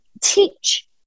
teach